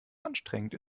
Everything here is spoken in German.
anstrengend